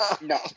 no